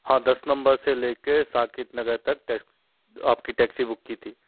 हाँ दस नंबर से ले कर साकेत नगर तक टेक्स आप की टेक्सी बुक की थी